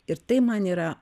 ir tai man yra